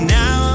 now